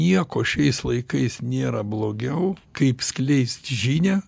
nieko šiais laikais nėra blogiau kaip skleist žinią